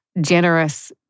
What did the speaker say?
generous